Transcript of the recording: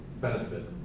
benefit